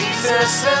Jesus